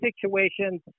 situations